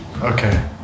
okay